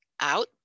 out